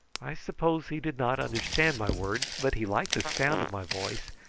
i suppose he did not understand my words, but he liked the sound of my voice,